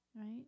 Right